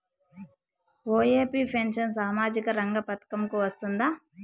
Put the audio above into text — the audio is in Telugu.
ఒ.ఎ.పి పెన్షన్ సామాజిక రంగ పథకం కు వస్తుందా?